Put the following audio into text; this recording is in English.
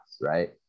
right